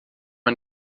man